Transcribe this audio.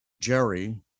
jerry